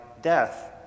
death